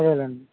లేనండి